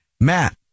Matt